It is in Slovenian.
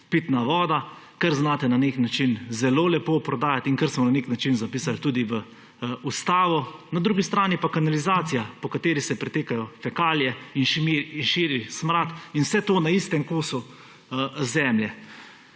pitna voda ‒ kar znate na nek način zelo lepo prodajati in kar smo na nek način zapisali tudi v Ustavo ‒, na drugi strani pa kanalizacija, po kateri se pretekajo fekalije in širi smrad in vse to na istem kosu zemlje.